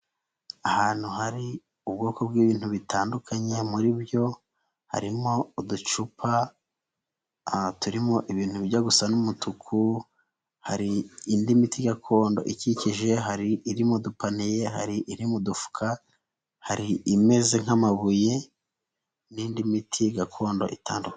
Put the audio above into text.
Ahantu hari ubwoko bw'ibintu bitandukanye muri byo harimo uducupa turimo ibintu bijya gusa n'umutuku, hari indi miti gakondo ikikije, hari iri mu dupaniye, hari iri mu udufuka, hari imeze nk'amabuye n'indi miti gakondo itandukanye.